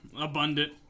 Abundant